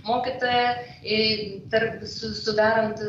mokytoją sudarant